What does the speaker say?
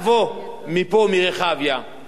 מרחביה או ממקום אחר,